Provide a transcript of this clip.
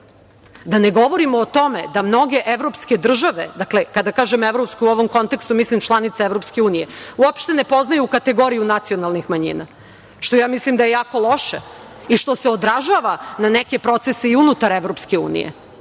Da ne govorim o tome da mnoge evropske države, kada kažem evropske u ovom kontekstu mislim na članice EU, uopšte ne poznaju kategoriju nacionalnih manjina, što mislim da je jako loše i što se odražava na neke procese i unutar EU i